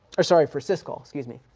or sorry for syscall, excuse me.